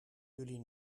jullie